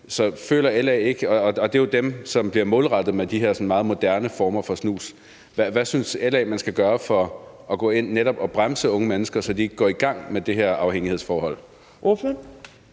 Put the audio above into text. her, er jo de unge. Det er jo dem, som det bliver målrettet mod med de her sådan meget moderne former for snus. Hvad synes LA man skal gøre for netop at gå ind og bremse unge mennesker, så de ikke går i gang med det her afhængighedsforhold?